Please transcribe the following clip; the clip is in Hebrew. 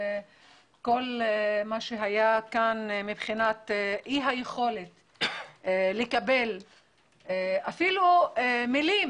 כל מה שהיה כאן מבחינת אי היכולת לקבל אפילו מילים